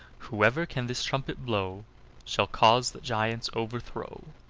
whoever can this trumpet blow shall cause the giant's overthrow.